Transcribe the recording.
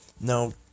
now